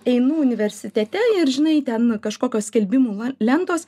einu universitete ir žinai ten kažkokios skelbimų lentos